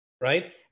right